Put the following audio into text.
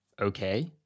okay